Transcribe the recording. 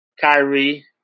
Kyrie